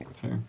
sure